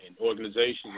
organizations